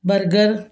burger